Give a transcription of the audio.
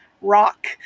rock